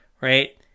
Right